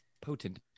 Potent